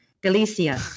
Galicia